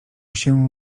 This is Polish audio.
się